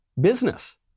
business